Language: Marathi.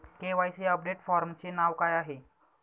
के.वाय.सी अपडेट फॉर्मचे नाव काय आहे?